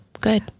good